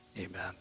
Amen